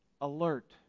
alert